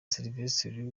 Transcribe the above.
sylvestre